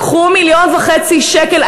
קחו מיליון וחצי שקל,